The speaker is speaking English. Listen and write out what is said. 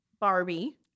Barbie